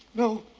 no,